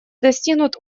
достигнут